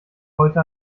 heute